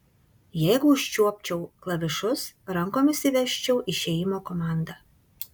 jeigu užčiuopčiau klavišus rankomis įvesčiau išėjimo komandą